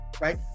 Right